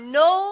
no